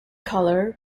colour